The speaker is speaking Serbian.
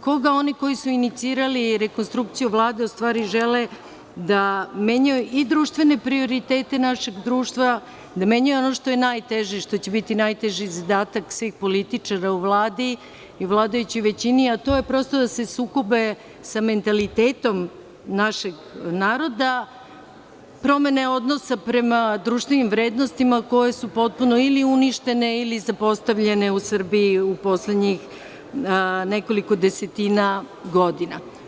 koga oni koji su inicirali rekonstrukciju Vlade ustvari žele da menjaju i društvene prioritete našeg društva, da menjaju ono što je najteže i što će biti najteži zadatak svih političara u Vladi i vladajućoj većini, a to je da se sukobe sa mentalitetom našeg naroda, promene odnosa prema društvenim vrednostima koje su potpuno ili uništene ili zapostavljene u Srbiji u poslednjih nekoliko desetina godina.